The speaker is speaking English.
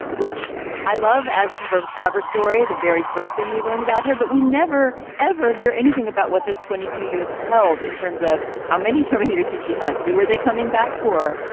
which i love as her cover story the very first thing we learned about her. but we never ever hear anything about what those twenty two years held in terms of how many trauma here's the jihad. who were they coming back for.